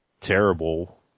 terrible